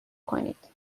کنید